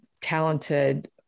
talented